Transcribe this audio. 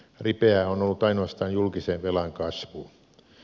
ripeää on ollut ainoastaan julkisen velan kasvu